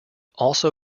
also